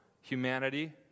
humanity